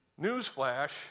newsflash